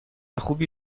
خوبی